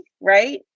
right